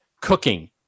cooking